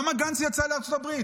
למה גנץ יצא לארצות הברית?